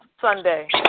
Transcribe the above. Sunday